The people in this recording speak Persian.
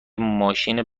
ماشین